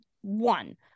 one